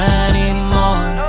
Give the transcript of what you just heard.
anymore